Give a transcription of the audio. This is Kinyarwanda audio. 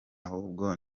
ahubwo